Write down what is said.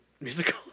musical